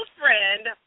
friend